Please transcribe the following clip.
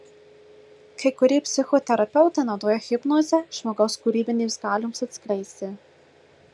kai kurie psichoterapeutai naudoja hipnozę žmogaus kūrybinėms galioms atskleisti